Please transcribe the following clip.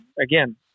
again